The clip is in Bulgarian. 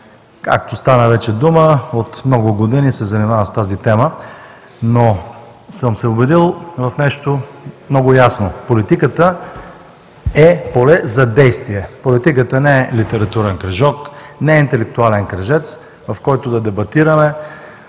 Както стана вече дума, от много години се занимавам с тази тема, но съм се убедил в нещо много ясно – политиката е поле за действия, политиката не е литературен кръжок, не е интелектуален кръжец, в който да дебатираме,